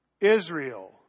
Israel